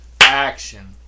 Action